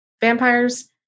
vampires